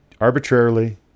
arbitrarily